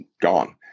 gone